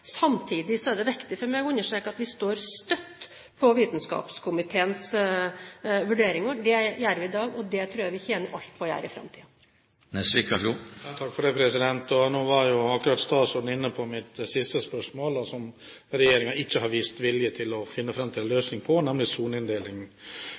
er det viktig for meg å understreke at vi står støtt på vitenskapskomiteens vurderinger. Det gjør vi i dag, og det tror jeg vi tjener alt på å gjøre i framtiden. Nå var statsråden akkurat inne på mitt siste spørsmål, som regjeringen ikke har vist vilje til å finne fram til en